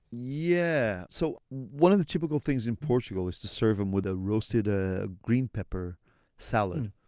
yeah so one of the typical things in portugal is to serve them with a roasted ah green pepper salad.